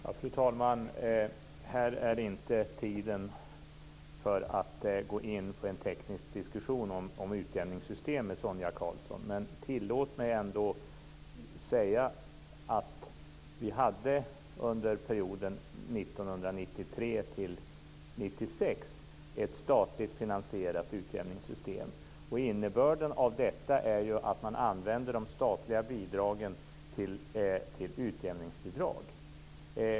Fru talman! Det är nu inte tid för att gå in på en teknisk diskussion om utjämningssystemet med Sonia Karlsson. Men tillåt mig ändå att säga att vi under perioden 1993-1996 hade ett statligt finansierat utjämningssystem. Innebörden av detta var att man använder de statliga bidragen till utjämningsbidrag.